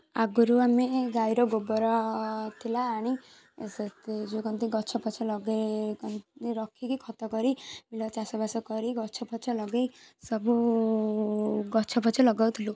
ଅଗୁରୁ ଆମେ ଗାଈର ଗୋବର ଥିଲା ଆଣି ସେଥି ଯେଉଁ କ'ଣ ତି ଗଛ ଫଛ ଲଗେ କ'ଣ ରଖିକି ଖତ କରି ବିଲ ଚାଷ ବାସ କରି ଗଛ ଫଛ ଲଗାଇ ସବୁ ଗଛ ଫଛ ଲଗାଉଥିଲୁ